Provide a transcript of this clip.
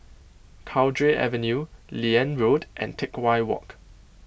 Cowdray Avenue Liane Road and Teck Whye Walk